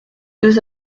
deux